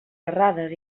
errades